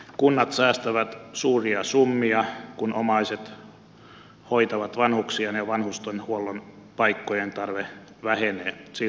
kunnat säästävät suuria summia kun omaiset hoitavat vanhuksiaan ja vanhustenhuollon paikkojen tarve vähenee siltä osin